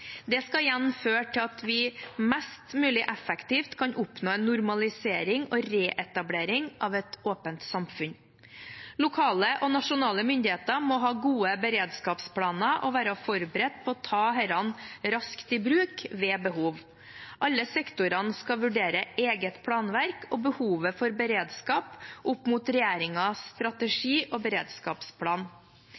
Det skal igjen føre til at vi mest mulig effektivt kan oppnå en normalisering og reetablering av et åpent samfunn. Lokale og nasjonale myndigheter må ha gode beredskapsplaner og være forberedt på å ta disse raskt i bruk ved behov. Alle sektorene skal vurdere eget planverk og behovet for beredskap opp mot regjeringens strategi